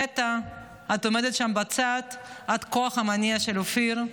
נטע, את עומדת שם בצד, את הכוח המניע של אופיר.